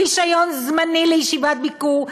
רישיון זמני לישיבת ביקור,